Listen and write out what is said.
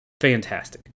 fantastic